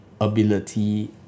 ability